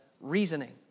reasoning